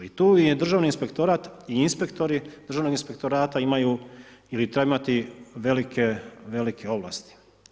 I tu je državni inspektora i inspektori državnog inspektorata imaju ili trebaju imati velike ovlasti.